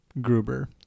gruber